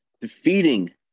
defeating